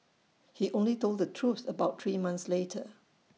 he only told the truth about three months later